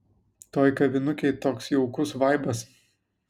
toj kavinukėj toks jaukus vaibas